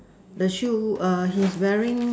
the shoe err he's wearing